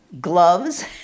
gloves